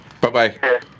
Bye-bye